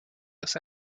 los